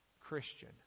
Christian